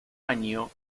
año